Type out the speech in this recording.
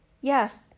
Yes